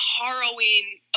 harrowing